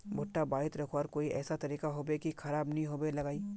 भुट्टा बारित रखवार कोई ऐसा तरीका होबे की खराब नि होबे लगाई?